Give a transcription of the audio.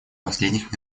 последних